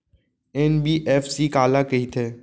NBFC काला कहिथे?